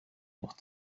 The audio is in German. noch